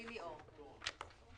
אנחנו לא רואים אתכם